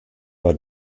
war